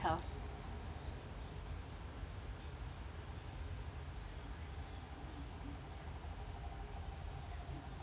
health